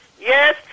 Yes